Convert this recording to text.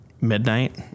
midnight